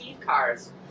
cars